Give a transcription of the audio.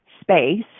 space